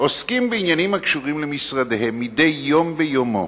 עוסקים בעניינים הקשורים למשרדיהם מדי יום ביומו,